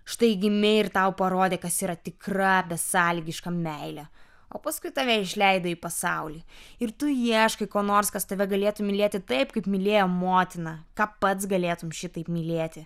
štai gimei ir tau parodė kas yra tikra besąlygiška meilė o paskui tave išleido į pasaulį ir tu ieškai ko nors kas tave galėtų mylėti taip kaip mylėjo motina ką pats galėtum šitaip mylėti